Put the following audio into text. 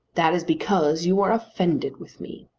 that is because you are offended with me.